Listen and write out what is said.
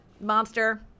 monster